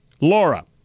Laura